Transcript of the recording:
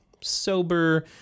sober